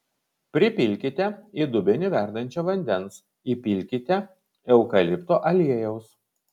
pripilkite į dubenį verdančio vandens įpilkite eukalipto aliejaus